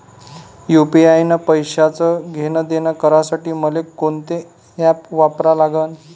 UPI न पैशाचं देणंघेणं करासाठी मले कोनते ॲप वापरा लागन?